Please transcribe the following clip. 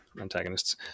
antagonists